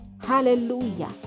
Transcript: Hallelujah